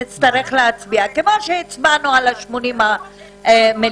נצטרך להצביע כמו שהצבענו על ה-80 מיליארד